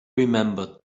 remembered